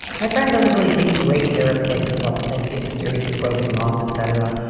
my friend doesn't really take great care of things. lots of things get mysteriously broken, lost, etc.